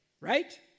right